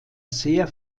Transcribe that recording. sehr